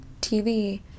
tv